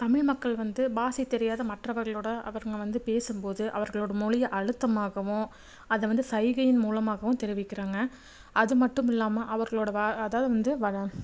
தமிழ் மக்கள் வந்து பாசை தெரியாத மற்றவர்களோடு அவங்க வந்து பேசும் போது அவர்களோடய மொழி அழுத்தமாகவும் அதை வந்து சைகையின் மூலமாகவும் தெரிவிக்கிறாங்க அது மட்டும் இல்லாமல் அவர்களோடய வ அதாவது வந்து